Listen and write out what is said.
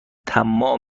طماع